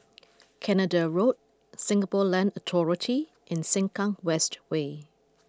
Canada Road Singapore Land Authority and Sengkang West Way